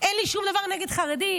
אין לי שום דבר נגד חרדים.